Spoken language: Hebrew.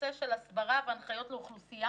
הנושא של הסברה והנחיות לאוכלוסייה